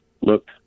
look